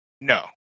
No